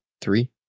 three